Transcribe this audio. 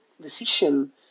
decision